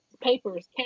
papers